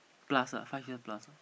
plus lah five years plus lah